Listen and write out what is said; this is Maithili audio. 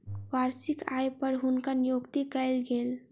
वार्षिक आय पर हुनकर नियुक्ति कयल गेल